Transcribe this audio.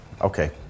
okay